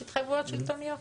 יש התחייבויות שלטוניות.